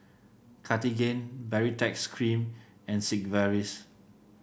Cartigain Baritex Cream and Sigvaris